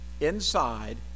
inside